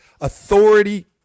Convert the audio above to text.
authority